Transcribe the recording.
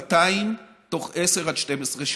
ה-1,200 בתוך 10 12 שנה.